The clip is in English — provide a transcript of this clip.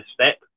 step